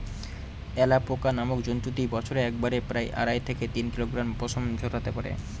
alpaca নামক জন্তুটি বছরে একবারে প্রায় আড়াই থেকে তিন কিলোগ্রাম পশম ঝোরাতে পারে